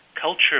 Culture